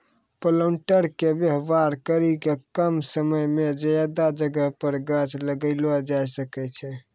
planter के वेवहार करी के कम समय मे ज्यादा जगह पर गाछ लगैलो जाय सकै छै